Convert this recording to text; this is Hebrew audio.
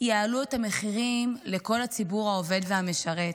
יעלו את המחירים לכל הציבור העובד והמשרת.